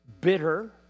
Bitter